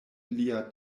lia